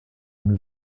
une